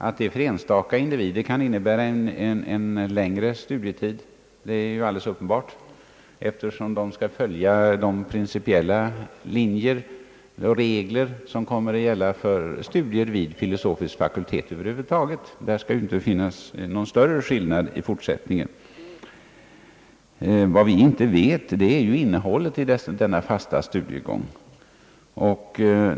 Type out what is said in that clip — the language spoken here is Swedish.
Att detta kan betyda längre studietid för enstaka individer är alldeles uppenbart, eftersom man skall följa de regler som kommer att gälla för studier vid filosofisk fakultet över huvud taget; där skall det ju i fortsättningen inte finnas någon större skillnad. Vad vi inte känner till är innehållet i denna fasta studiegång.